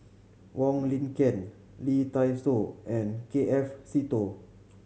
Wong Lin Ken Lee Dai Soh and K F Seetoh